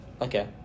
Okay